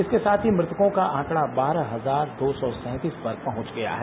इसके साथ ही मृतकों का आंकड़ा बारह हजार दो सौ सैंतीस पर पहुंच गया है